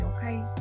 okay